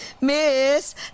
Miss